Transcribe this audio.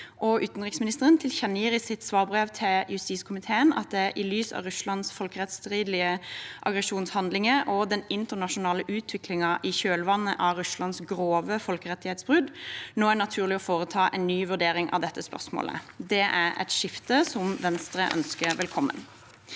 utenriksministeren tilkjennegir i sitt svarbrev til justiskomiteen at det i lys av Russlands folkerettsstridige aggresjonshandlinger og den internasjonale utviklingen i kjølvannet av Russlands grove folkerettighetsbrudd nå er naturlig å foreta en ny vurdering av dette spørsmålet. Det er et skifte som Venstre ønsker velkommen.